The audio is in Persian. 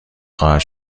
خواهد